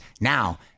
now